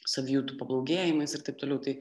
savijautų pablogėjimais ir taip toliau tai